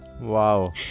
Wow